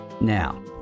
now